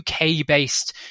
uk-based